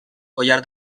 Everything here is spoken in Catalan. collar